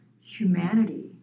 humanity